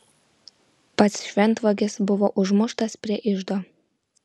pats šventvagis buvo užmuštas prie iždo